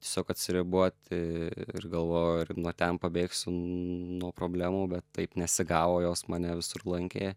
tiesiog atsiriboti ir galvoju nuo ten pabėgsiu nuo problemų bet taip nesigavo jos mane visur lankė